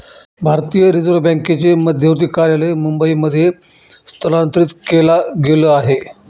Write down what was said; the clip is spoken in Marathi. भारतीय रिझर्व बँकेचे मध्यवर्ती कार्यालय मुंबई मध्ये स्थलांतरित केला गेल आहे